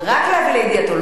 רק להביא לידיעתו.